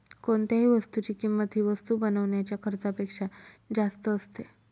कोणत्याही वस्तूची किंमत ही वस्तू बनवण्याच्या खर्चापेक्षा जास्त असते